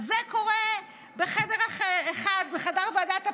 אז זה קורה בחדר אחד, בחדר ועדת הפנים.